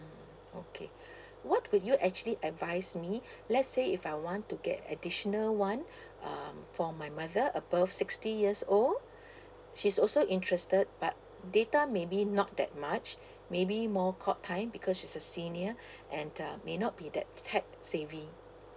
okay what would you actually advise me let's say if I want to get additional [one] um for my mother above sixty years old she's also interested but data maybe not that much maybe more call time because she's a senior and uh may not be that tech savvy